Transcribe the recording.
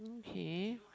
okay